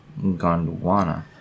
Gondwana